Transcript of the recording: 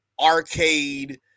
arcade